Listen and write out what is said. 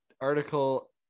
article